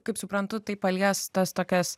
kaip suprantu tai palies tas tokias